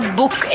book